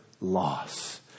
loss